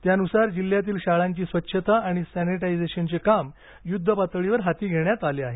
त्यानुसार जिल्ह्यातील शाळांची स्वच्छता आणि सॅनिटायझेशनचे काम युद्धपातळीवर हाती घेण्यात येत आहे